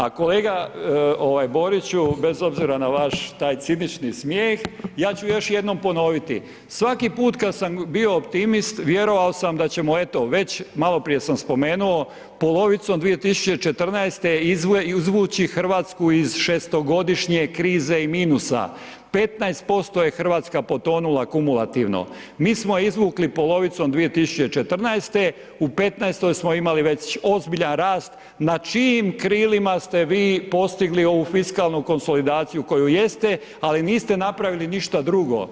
A kolega ovaj Boriću, bez obzira na vaš taj cinični smijeh ja ću još jednom ponoviti, svaki put kad sam bio optimist vjerovao sam da ćemo eto već, maloprije sam spomenuo, polovicom 2014. izvući Hrvatsku iz 6-to godišnje krize i minusa, 15% je Hrvatska potonula kumulativno, mi smo je izvukli polovicom 2014., u 2015. smo imali već ozbiljan rast, na čijim krilima ste vi postigli ovu fiskalnu konsolidaciju koju jeste, ali niste napravili ništa drugo.